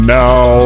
now